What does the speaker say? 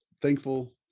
thankful